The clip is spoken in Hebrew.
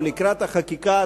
או לקראת החקיקה,